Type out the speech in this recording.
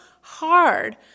hard